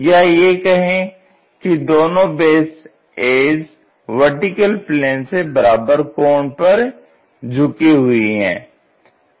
या यह कहे कि दोनों बेस एज वर्टिकल प्लेन से बराबर कोण पर झुकी हुई है